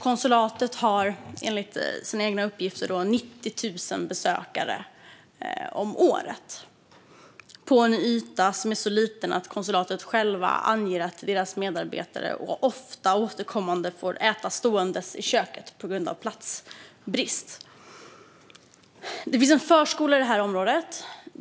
Konsulatet har enligt sina egna uppgifter 90 000 besökare om året på en yta som är så liten att man själv anger att konsulatets medarbetare ofta får äta stående i köket på grund av platsbrist. Det finns en förskola i det här området.